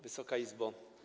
Wysoka Izbo!